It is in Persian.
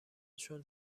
چون